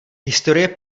historie